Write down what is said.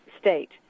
state